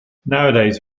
nowadays